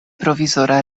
provizora